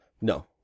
No